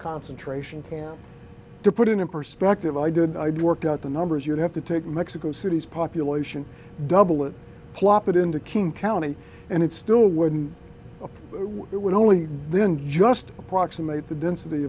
concentration camps to put it in perspective i did i'd worked out the numbers you'd have to take mexico city's population double plop it into king county and it still wouldn't work it would only then just approximate the density